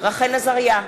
רחל עזריה,